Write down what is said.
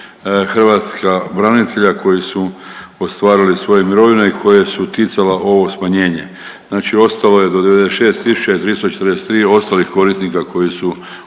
hrvatska branitelja koji su ostvarili svoje mirovine i koje se ticala ovo smanjenje. Znači ostalo je do 96 tisuća i 343 je ostalih korisnika koji su